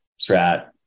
strat